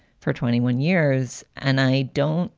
for twenty one years, and i don't